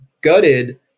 gutted